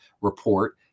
report